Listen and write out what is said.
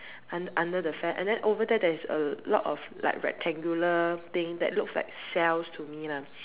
under the fair and then over there there is a lot of like rectangular thing that look like cells to me lah